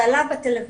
זה עלה בטלוויזיה,